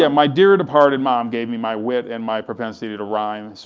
yeah my dear departed mom gave me my wit and my propensity to rhyme,